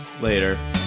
later